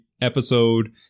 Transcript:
Episode